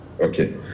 Okay